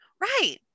Right